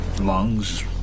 lungs